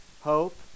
hope